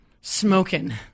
smoking